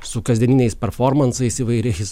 su kasdieniniais performansais įvairiais